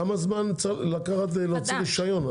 כמה זמן לקחת להוציא רישיון?